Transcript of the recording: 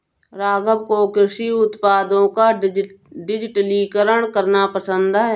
राघव को कृषि उत्पादों का डिजिटलीकरण करना पसंद है